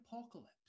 apocalypse